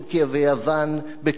בין צ'כיה והסודטים,